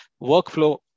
workflow